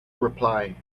reply